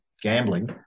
gambling